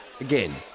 Again